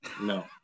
No